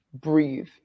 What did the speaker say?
breathe